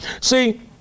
see